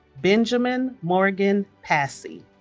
benjamin morgan passey